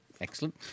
Excellent